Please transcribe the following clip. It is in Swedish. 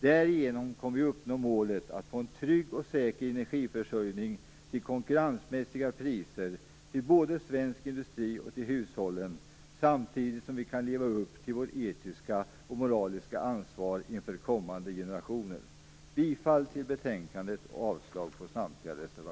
Därigenom kan vi uppnå målet att få en trygg och säker energiförsörjning till konkurrensmässiga priser både till svensk industri och till hushållen, samtidigt som vi kan leva upp till vårt etiska och moraliska ansvar inför kommande generationer. Jag yrkar bifall till utskottets hemställan i betänkandet och avslag på samtliga reservationer.